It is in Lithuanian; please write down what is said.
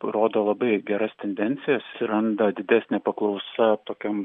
rodo labai geras tendencijas atsiranda didesnė paklausa tokiam